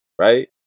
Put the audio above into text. Right